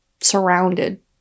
surrounded